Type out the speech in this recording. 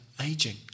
aging